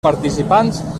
participants